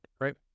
right